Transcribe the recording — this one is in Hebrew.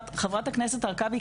חה"כ הרכבי,